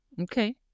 Okay